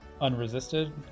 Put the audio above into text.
unresisted